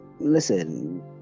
listen